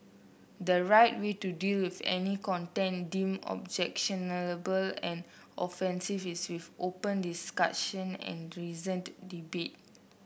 the right way to deal with any content deemed objectionable and offensive is with open discussion and reasoned debate